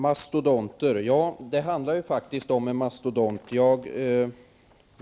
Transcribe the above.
Herr talman! Det handlar faktiskt om en mastodont.